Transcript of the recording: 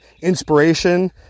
inspiration